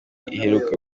iheruka